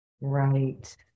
Right